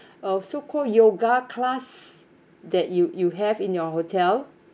a so-called yoga class that you you have in your hotel